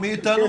מי איתנו?